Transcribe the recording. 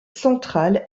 centrale